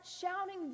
shouting